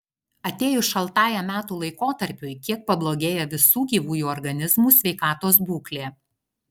atėjus šaltajam metų laikotarpiui kiek pablogėja visų gyvųjų organizmų sveikatos būklė